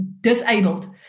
disabled